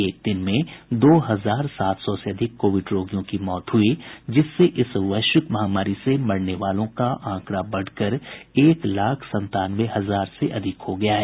एक दिन में दो हजार सात सौ से अधिक कोविड रोगियों की मौत हुई जिससे इस वैश्विक महामारी से मरने वालों का आंकड़ा बढ़कर एक लाख संतानवे हजार से अधिक हो गया है